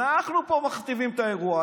אנחנו פה מכתיבים את האירוע,